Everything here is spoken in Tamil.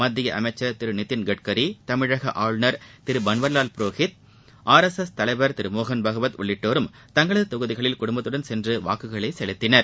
மத்திய அமைச்சர் திரு நிதின்கட்கரி தமிழக ஆளுநர் திரு Banwarilal Purohit R S S தலைவர் திரு மோகன் பகவத் உள்ளிட்டோரும் தங்களது தொகுதிகளில் குடும்பத்துடன் சென்று வாக்குகளை செலுத்தினர்